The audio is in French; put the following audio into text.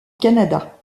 canada